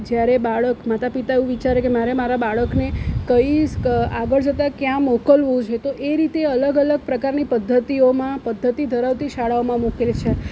જ્યારે બાળક માતાપિતા એવું વિચારે કે મારે મારા બાળકને કંઈ સ આગળ જતા ક્યાં મોકલવું છે તો એ રીતે અલગ અલગ પ્રકારની પદ્ધતિઓમાં પદ્ધતિ ધરાવતી શાળાઓમાં મોકલે છે